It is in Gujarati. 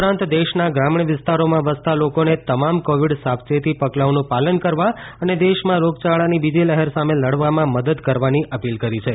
ઉપરાંત દેશના ગ્રામીણ વિસ્તારોમાં વસતા લોકોને તમામ કોવિડ સાવચેતી પગલાઓનું પાલન કરવા અને દેશમાં રોગયાળાની બીજી લહેર સામે લડવામાં મદદ કરવાની અપીલ કરી છે